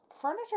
furniture